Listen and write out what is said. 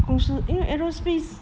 公司因为 aerospace